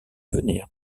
venir